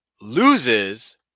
loses